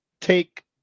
take